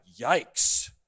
yikes